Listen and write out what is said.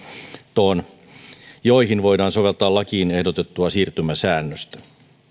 ja joihin voidaan soveltaa lakiin ehdotettua siirtymäsäännöstä